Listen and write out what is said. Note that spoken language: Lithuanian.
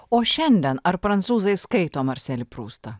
o šiandien ar prancūzai skaito marselį prustą